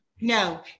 No